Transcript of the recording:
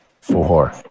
Four